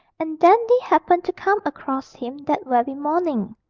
and dandy happened to come across him that very morning.